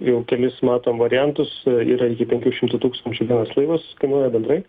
jau kelis matom variantus yra iki penkių šimtų tūkstančių vienas laivas kainuoja bendrai